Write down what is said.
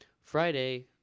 Friday